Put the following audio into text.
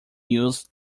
used